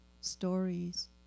stories